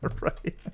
Right